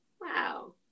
wow